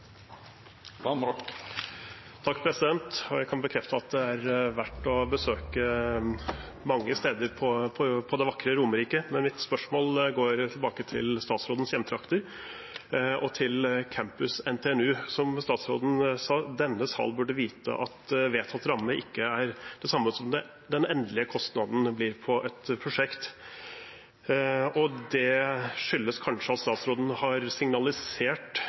Jeg kan bekrefte at det er verdt å besøke mange steder på det vakre Romerike, men mitt spørsmål går tilbake til statsrådens hjemtrakter og campus NTNU. Som statsråden sa: Denne sal burde vite at vedtatt ramme ikke er det samme som den endelige kostnaden blir på et prosjekt. Det skyldes kanskje at statsråden etter regjeringens budsjettkonferanse i mars har signalisert